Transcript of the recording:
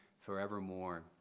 forevermore